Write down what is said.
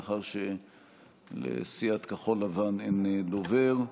מאחר שלסיעת כחול לבן אין דובר.